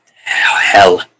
hell